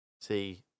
See